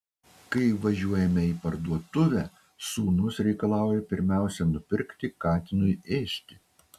kai važiuojame į parduotuvę sūnus reikalauja pirmiausia nupirkti katinui ėsti